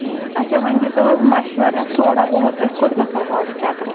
شیٖن آچھا ؤنۍ دِیٖتو حظ مشورہ تھوڑا بہت أسۍ کوٚت گژھو گۄڈٕ چَکرَس